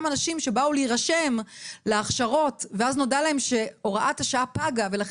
שבאו להירשם להכשרות ואז נודע להם שהוראת השעה פגה ולכן